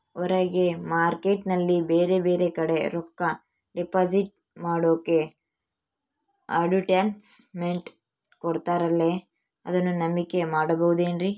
ಹೊರಗೆ ಮಾರ್ಕೇಟ್ ನಲ್ಲಿ ಬೇರೆ ಬೇರೆ ಕಡೆ ರೊಕ್ಕ ಡಿಪಾಸಿಟ್ ಮಾಡೋಕೆ ಅಡುಟ್ಯಸ್ ಮೆಂಟ್ ಕೊಡುತ್ತಾರಲ್ರೇ ಅದನ್ನು ನಂಬಿಕೆ ಮಾಡಬಹುದೇನ್ರಿ?